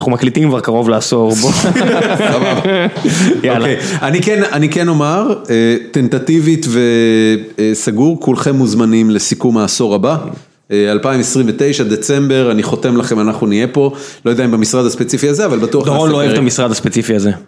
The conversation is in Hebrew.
אנחנו מקליטים כבר קרוב לעשור בואו. אני כן אומר, טנטטיבית וסגור, כולכם מוזמנים לסיכום העשור הבא. 2029, דצמבר, אני חותם לכם, אנחנו נהיה פה. לא יודע אם במשרד הספציפי הזה, אבל בטוח. דרון לא אוהב את המשרד הספציפי הזה.